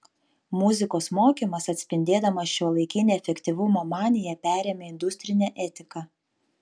muzikos mokymas atspindėdamas šiuolaikinę efektyvumo maniją perėmė industrinę etiką